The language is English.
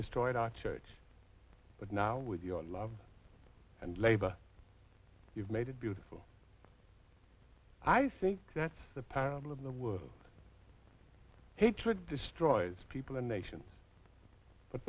destroyed our church but now with your love and labor you've made it beautiful i think that's the parable of the word hatred destroys people a nation but